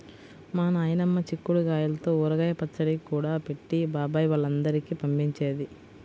మా నాయనమ్మ చిక్కుడు గాయల్తో ఊరగాయ పచ్చడి కూడా పెట్టి బాబాయ్ వాళ్ళందరికీ పంపించేది